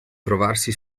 trovarsi